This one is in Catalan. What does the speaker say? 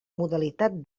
modalitat